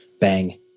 bang